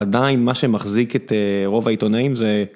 עדיין מה שמחזיק את רוב העיתונאים זה...